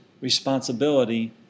responsibility